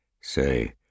Say